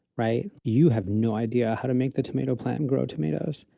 right, you have no idea how to make the tomato plant grow tomatoes,